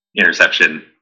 interception